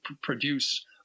produce